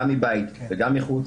גם מבית וגם מחוץ.